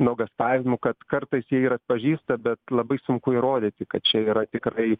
nuogąstavimų kad kartais jie ir atpažįsta bet labai sunku įrodyti kad čia yra tikrai